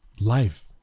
life